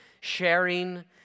sharing